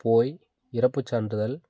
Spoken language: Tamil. போய் இறப்புச் சான்றிதழ்